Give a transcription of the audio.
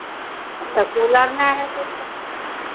तो कूलर नहीं है तो